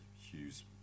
Hughes